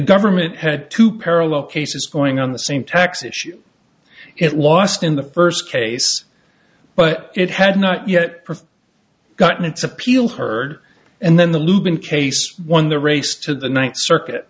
government had to parallel cases going on the same tax issue it lost in the first case but it had not yet gotten its appeal heard and then the lubin case won the race to the ninth circuit